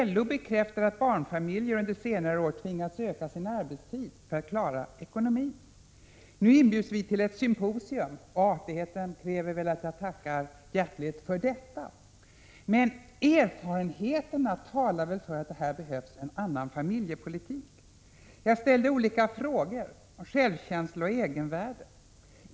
LO bekräftar att barnfamiljerna under senare år har tvingats öka sin arbetstid för att klara ekonomin. Nu inbjuds vi till ett symposium, och artigheten kräver väl att jag tackar hjärtligt för detta. Men erfarenheterna talar väl för att en annan familjepolitik behövs. Jag ställde olika frågor om självkänsla och egenvärde.